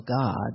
God